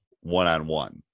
one-on-one